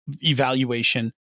evaluation